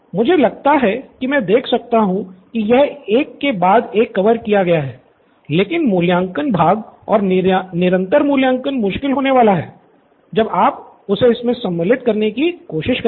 मुझे लगता है कि मैं देख सकता हूँ कि यह एक के बाद एक कवर किया गया है लेकिन मूल्यांकन भाग और निरंतर मूल्यांकन मुश्किल होने वाला है जब आप उसे इसमें सम्मिलित करने के की कोशिश करेंगे